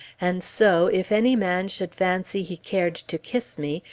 and so, if any man should fancy he cared to kiss me,